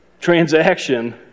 transaction